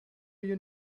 you